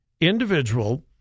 individual